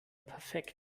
perfekt